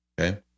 Okay